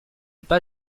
pas